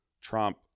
Trump